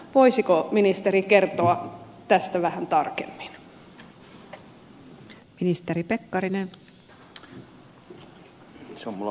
voisiko ministeri kertoa tästä vähän tarkemmin